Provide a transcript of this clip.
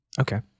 Okay